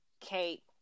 Kate